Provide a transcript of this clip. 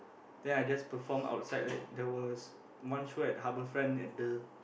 then I just perform outside like there was one show at Harbourfront at the